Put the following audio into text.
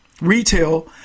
retail